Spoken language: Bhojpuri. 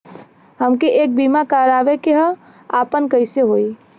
हमके एक बीमा करावे के ह आपन कईसे होई?